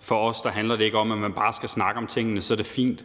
For os handler det ikke om, at man bare skal snakke om tingene, og så er det fint.